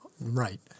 Right